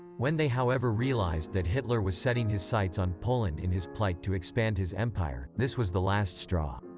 when they however realized that hitler was setting his sights on poland in his plight to expand his empire, this was the last straw.